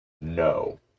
No